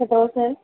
hello sir